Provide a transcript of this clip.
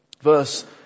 verse